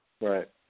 Right